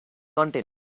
content